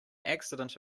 accident